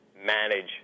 Manage